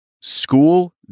school